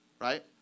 right